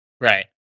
right